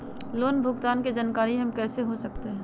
Loan भुगतान की जानकारी हम कैसे हो सकते हैं?